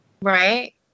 Right